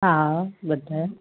हा ॿुधायो